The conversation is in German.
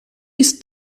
ist